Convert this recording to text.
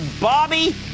Bobby